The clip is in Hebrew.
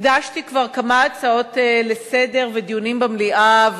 הקדשתי כבר כמה הצעות לסדר-היום ודיונים במליאה,